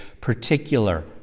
particular